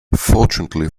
fortunately